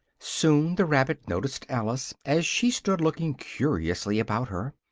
soon the rabbit noticed alice, as she stood looking curiously about her,